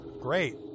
great